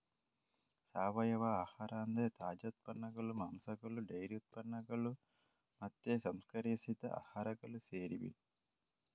ಸಾವಯವ ಆಹಾರ ಅಂದ್ರೆ ತಾಜಾ ಉತ್ಪನ್ನಗಳು, ಮಾಂಸಗಳು ಡೈರಿ ಉತ್ಪನ್ನಗಳು ಮತ್ತೆ ಸಂಸ್ಕರಿಸಿದ ಆಹಾರಗಳು ಸೇರಿವೆ